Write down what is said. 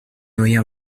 noyer